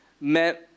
meant